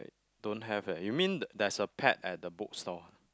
don't have eh you mean there's a pet at the book store